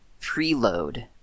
preload